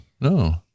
no